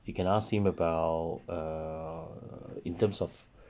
you can ask him about err in terms of